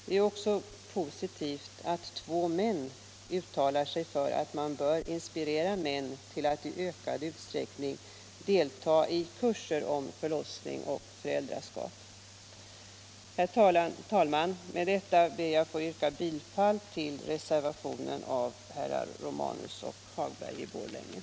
Det är också positivt att två män uttalar sig för att man bör inspirera män till att i ökad utsträckning delta i kurser om förlossning och föräldraskap. Herr talman! Med detta ber jag att få yrka bifall till reservationen av herr Romanus och herr Hagberg i Borlänge.